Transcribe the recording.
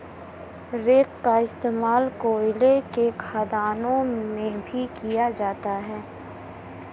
rake का इश्तेमाल कोयले के खदानों में भी किया जाता है